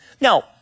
Now